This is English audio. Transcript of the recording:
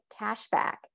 cashback